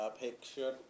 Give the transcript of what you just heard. picture